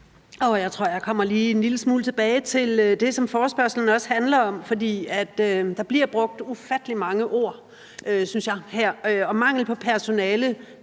smule tilbage til det, som forespørgslen også handler om, for der bliver brugt ufattelig mange ord her, synes jeg. Mangel på personale